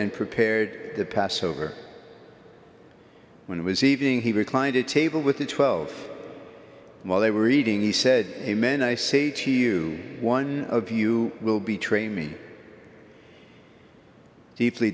and prepared the passover when it was evening he reclined a table with the twelve while they were eating he said amen i say to you one of you will be train me deeply